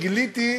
גיליתי,